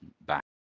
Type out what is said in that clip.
back